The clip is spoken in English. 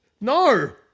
No